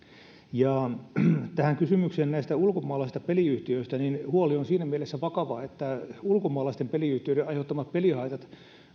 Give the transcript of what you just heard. tähän kysymykseen näistä ulkomaalaisista peliyhtiöistä huoli on siinä mielessä vakava että ulkomaalaisten peliyhtiöiden aiheuttamat pelihaitat